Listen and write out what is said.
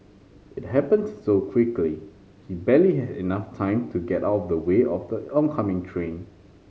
it happened so quickly he barely had enough time to get out of the way of the oncoming train